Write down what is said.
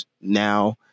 now